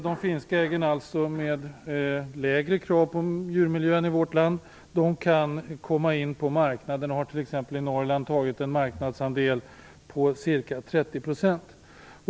De finska äggen, som produceras med lägre krav på djurmiljön än i vårt land, har t.ex. i Norrland tagit en marknadsandel om ca 30 %.